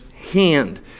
hand